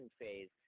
phase